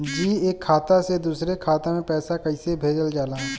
जी एक खाता से दूसर खाता में पैसा कइसे भेजल जाला?